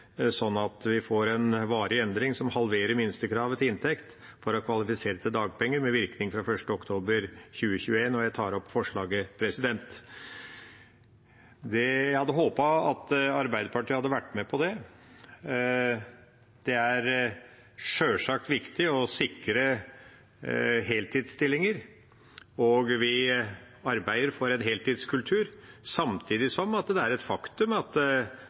sånn at vi får en varig endring som halverer minstekravet til inntekt for å kvalifisere til dagpenger, med virkning fra 1. oktober 2021, og jeg tar opp forslaget. Jeg hadde håpet at Arbeiderpartiet ville være med på det. Det er sjølsagt viktig å sikre heltidsstillinger, og vi arbeider for en heltidskultur. Samtidig er det et faktum at